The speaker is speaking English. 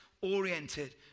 oriented